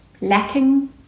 lacking